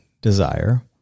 desire